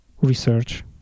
research